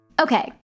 Okay